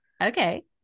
Okay